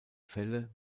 fälle